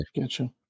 gotcha